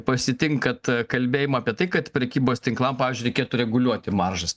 pasitinkat kalbėjimą apie tai kad prekybos tinklam pavyzdžiui reikėtų reguliuoti maržas